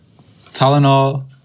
Tylenol